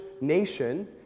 nation